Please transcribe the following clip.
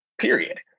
Period